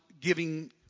giving